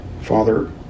Father